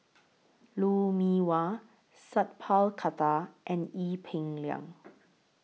Lou Mee Wah Sat Pal Khattar and Ee Peng Liang